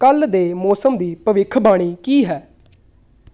ਕੱਲ੍ਹ ਦੇ ਮੌਸਮ ਦੀ ਭਵਿੱਖਬਾਣੀ ਕੀ ਹੈ